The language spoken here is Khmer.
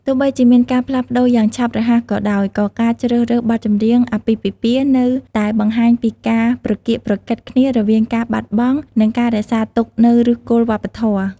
ទោះបីជាមានការផ្លាស់ប្តូរយ៉ាងឆាប់រហ័សក៏ដោយ ក៏ការជ្រើសរើសបទចម្រៀងអាពាហ៍ពិពាហ៍នៅតែបង្ហាញពីការប្រកៀកប្រកិតគ្នារវាងការបាត់បង់ និងការរក្សាទុកនូវឫសគល់វប្បធម៌។